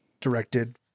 directed